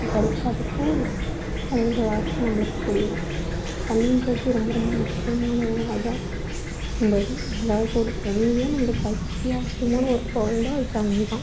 கிடைக்காதப்போ அதோட அருமை நம்மளுக்கு புரியும் தண்ணின்றது ரொம்ப ரொம்ப முக்கியமான ஒன்று அதான் நம்ப எல்லாத்தோட தண்ணி தான் நம்மளுக்குஅத்யாவசியமான ஒரு பொருள்னா அது தண்ணி தான்